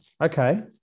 Okay